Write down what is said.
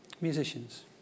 Musicians